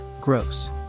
Gross